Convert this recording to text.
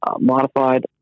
modified